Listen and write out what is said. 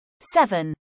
seven